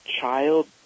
child